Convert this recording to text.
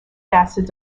acids